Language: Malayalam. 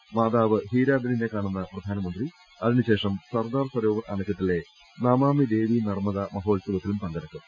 ഗുജറാത്തി ലെത്തി മാതാവ് ഹീരാബെന്നിനെ കാണുന്ന് പ്രധാനമന്ത്രി അതിനു ശേഷം സർദാർ സരോവർ അണക്കെട്ടിലെ നമാമി ദേവീ നർമ്മദാ മഹോത്സവത്തിലും പങ്കെടുക്കും